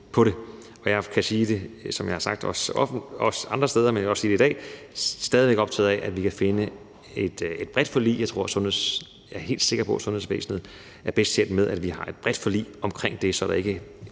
på det. Jeg kan sige, som jeg også har sagt det andre steder, men jeg vil også sige det i dag, at jeg stadig væk er optaget af, at vi kan indgå et bredt forlig. Jeg er helt sikker på, at sundhedsvæsenet er bedst tjent med, at vi har et bredt forlig omkring det, så det ikke